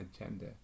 agenda